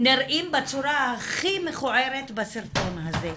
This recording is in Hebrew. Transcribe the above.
נראים בצורה הכי מכוערת בסרטון הזה.